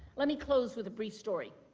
let me close with a brief story.